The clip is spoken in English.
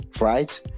right